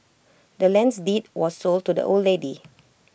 the land's deed was sold to the old lady